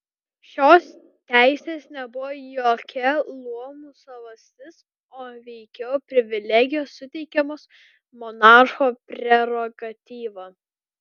šios teisės nebuvo jokia luomų savastis o veikiau privilegijos suteikiamos monarcho prerogatyva